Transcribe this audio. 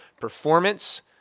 performance